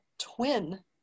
twin